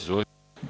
Izvolite.